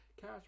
Cash